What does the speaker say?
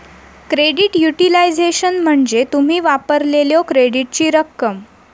credit utilization म्हणजे तुम्ही वापरलेल्यो क्रेडिटची रक्कम